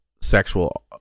sexual